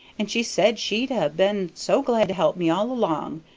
and she said she'd ha' been so glad to help me all along,